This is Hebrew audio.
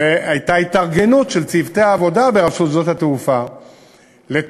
והייתה התארגנות של צוותי העבודה ברשות שדות התעופה לטפל,